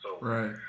Right